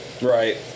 Right